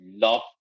love